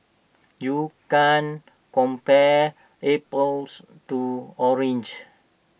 you can't compare apples to oranges